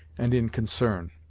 and in concern